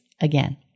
again